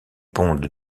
pondent